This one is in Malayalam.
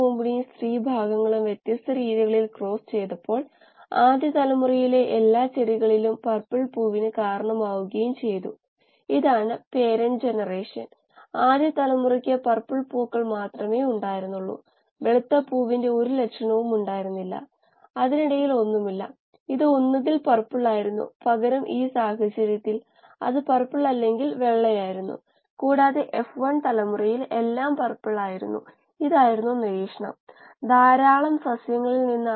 ബബിൾ പൊട്ടൽ വായു കുമിള പൊട്ടുന്നതും തകരാറുണ്ടാക്കാം പക്ഷേ തകരാറ് മറ്റൊരു സംവിധാനത്തിലൂടെയാണ് അതായത് ബബിൾ പൊട്ടൽ മൂലം പുറത്തുവിടുന്ന ഊർജ്ജം എയറേഷനും അജിറ്റേഷനുംaeration agitation ഷിയർ സ്ട്രെസ്സ് നു കാരണമാകുന്നു കാരണം അവ ബയോറിയാക്ടറിലെ വേഗത ഗ്രേഡിയന്റുകൾക്ക് കാരണമാകുന്നു